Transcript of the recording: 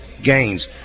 gains